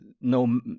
no